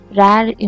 rare